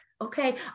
okay